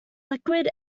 liquid